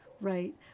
right